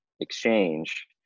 exchange